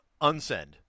unsend